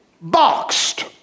boxed